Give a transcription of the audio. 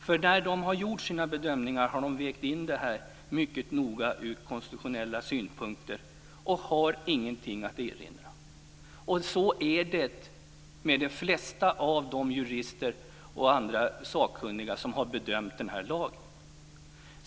När Lagrådet har gjort sina bedömningar har man vägt frågorna mycket noga från konstitutionella synpunkter, och man har ingenting att erinra. Detsamma gäller de flesta jurister och andra sakkunniga som har bedömt den här lagen.